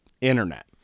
internet